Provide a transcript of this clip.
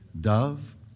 dove